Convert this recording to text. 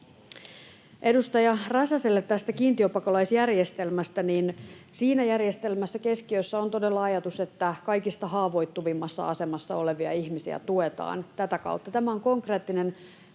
Edustaja Räsäselle tästä kiintiöpakolaisjärjestelmästä: Siinä järjestelmässä keskiössä on todella ajatus, että kaikista haavoittuvimmassa asemassa olevia ihmisiä tuetaan tätä kautta. Tämä on konkreettinen,